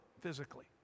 physically